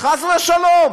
חס ושלום,